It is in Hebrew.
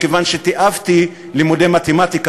מכיוון שתיעבתי לימודי מתמטיקה,